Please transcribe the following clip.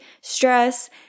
stress